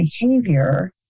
behavior